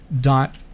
dot